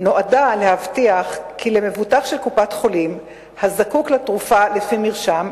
נועדה להבטיח כי למבוטח של קופת-חולים הזקוק לתרופה לפי מרשם,